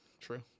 true